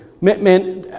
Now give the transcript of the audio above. man